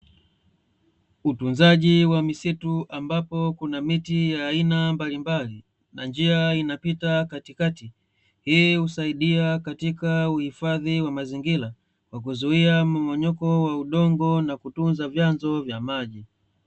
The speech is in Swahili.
Utunzaji wa misitu ambapo kuna miti ya aina mbalimbali na njia inapita katikati. Hii husaidia katika uhifadhi wa mazingira kwa kuzuia mmomonyoko wa udongo na kutunza vyanzo vya maji.